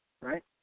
right